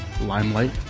limelight